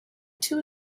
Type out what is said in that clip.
too